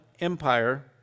Empire